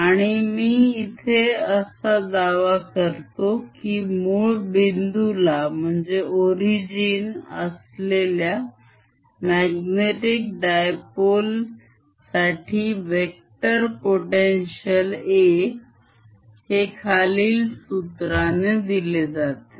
आणि मी इथे असा दावा करतो कि मूळबिंदुला असलेल्या magnetic dipole साठी वेक्टर potential a हे खालील सूत्राने दिले जाते